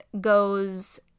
goes